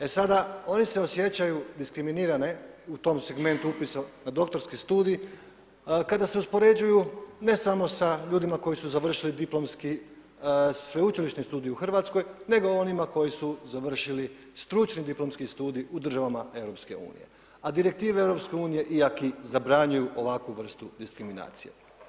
E sada oni se osjećaju diskriminirani u tom segmentu upisa na doktorski studij kada se uspoređuju ne samo sa ljudima koji su završili diplomski sveučilišni studij u Hrvatskoj nego onima koji su završili stručni diplomski studij u državama EU, a direktive EU … zabranjuju ovakvu vrstu diskriminacije.